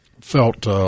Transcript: felt, –